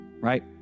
right